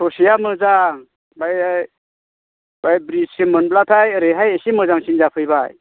ससेया मोजां बै ब्रिजसिम मोनब्लाथाय ओरैहाय एसे मोाजंसिन जाफैबाय